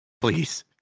Please